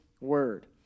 Word